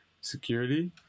security